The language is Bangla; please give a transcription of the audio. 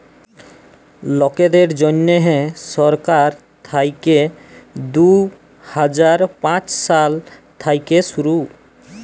লকদের জ্যনহে সরকার থ্যাইকে দু হাজার পাঁচ সাল থ্যাইকে শুরু